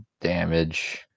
damage